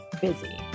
busy